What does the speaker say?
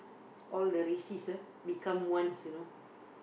all the racist ah become ones you know